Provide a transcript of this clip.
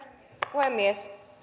puhemies